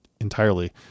entirely